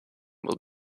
will